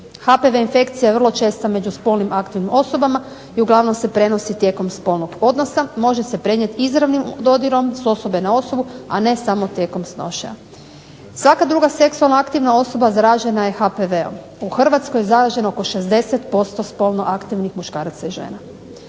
HPV infekcija je vrlo često među spolno aktivnim osobama i uglavnom se prenosi tijekom spolnog odnosa. Može se prenijeti izravnim dodirom s osobe na osobu, a ne samo tijekom snošaja. Svaka druga seksualno aktivna osoba zaražena je HPV-om. U Hrvatskoj je zaraženo oko 60% spolno aktivnih muškaraca i žena.